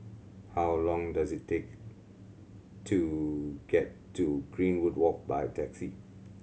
how long does it take to get to Greenwood Walk by taxi